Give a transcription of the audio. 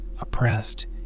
Oppressed